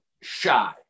shy